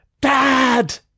Dad